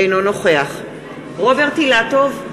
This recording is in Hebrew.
אינו נוכח רוברט אילטוב,